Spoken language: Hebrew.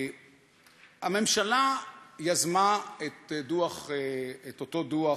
הממשלה יזמה את אותו דוח